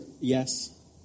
yes